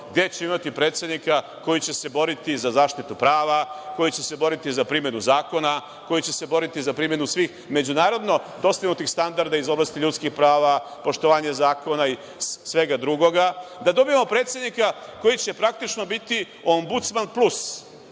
gde ćemo imati predsednika koji će se boriti za zaštitu prava, koji će se boriti za primenu zakona, koji će se boriti za primenu svih međunarodno dostignutih standarda iz oblasti ljudskih prava, poštovanje zakona i svega drugoga. Dakle, da dobijemo predsednika koji će praktično biti Ombudsman plus.